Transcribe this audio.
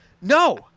No